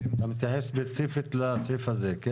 יכול להיות שיש מגרש בתוך האזור הזה שיש בו